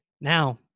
Now